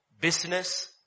business